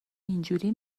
اینجوری